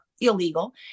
illegal